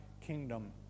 kingdom